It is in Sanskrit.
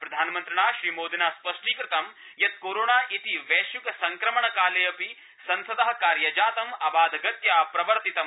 प्रधानमन्त्रिणा स्पष्टीकृतं यत् कोरोना इति वैश्विक संक्रमण काले अपि संसद कार्यजातम् अबाधगत्या प्रवर्तितम्